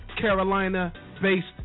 Carolina-based